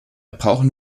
brauchen